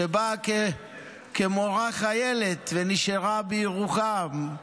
שבאה כמורה חיילת ונשארה בירוחם,